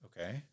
Okay